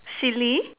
silly